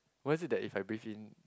what is it that if I breathe in